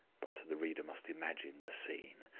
but the reader must imagine the scene.